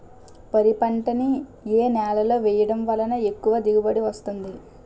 వరి పంట ని ఏ నేలలో వేయటం వలన ఎక్కువ దిగుబడి వస్తుంది?